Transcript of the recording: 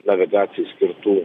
navigacijai skirtų